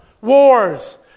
wars